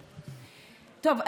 טוב,